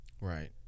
Right